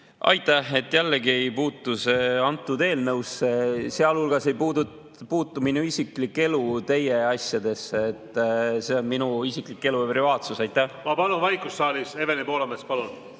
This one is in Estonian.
Aitäh! Jällegi ei puutu see antud eelnõusse. Sealhulgas ei puutu minu isiklik elu teie asjadesse, see on minu isiklik elu ja privaatsus. Ma palun vaikust saalis. Evelin Poolamets, palun!